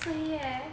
free eh